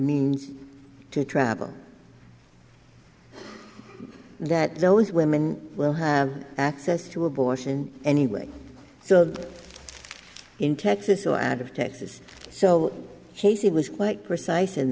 means to travel that those women will have access to abortion anyway so that in texas so out of texas so casey was quite precise